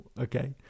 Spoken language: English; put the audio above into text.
Okay